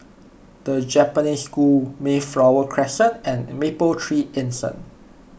the Japanese School Mayflower Crescent and Mapletree Anson